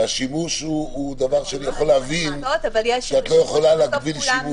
ואני יכול להבין שאת לא יכולה להגביל שימוש.